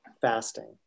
fasting